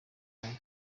yayo